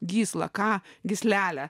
gyslą ką gyslelę